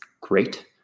Great